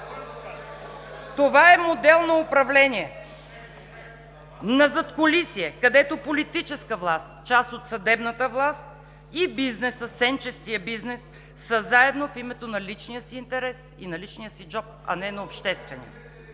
Това е модел на управление на задкулисие, където политическата власт, част от съдебната власт и сенчестият бизнес са заедно в името на личния си интерес и на личния си джоб, а не на обществения.